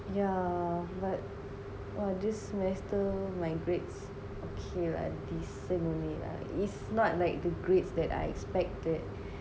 yeah but !wah! this semester my grades okay lah decent only lah its not the grade that I expected